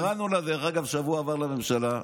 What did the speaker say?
קראנו לה בשבוע עבר לממשלה,